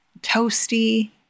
Toasty